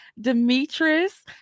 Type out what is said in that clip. demetrius